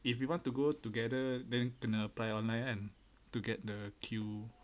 if you want to go together then kena apply online kan to get the queue